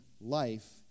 life